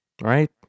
right